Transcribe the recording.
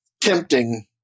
tempting